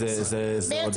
מרץ